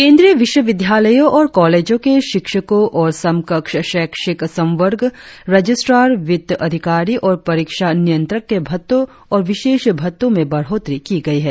केंद्रीय विश्वविद्यालयों और कॉलेजों के शिक्षकों और समकक्ष शैक्षिक संवर्ग रजिस्ट्रर वित्त अधिकारी और परीक्षा नियंत्रक के भत्तों और विशेष भत्तों में बढ़ोत्तरी की गई है